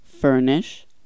Furnish